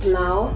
now